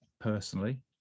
personally